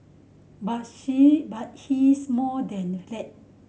but she but he's more than that